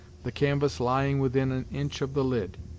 the canvas lying within an inch of the lid.